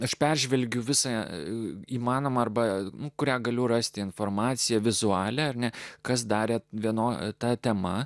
aš peržvelgiu visą įmanomą arba kurią galiu rasti informaciją vizualią ar ne kas darė vienoje ta tema